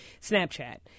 Snapchat